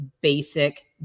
basic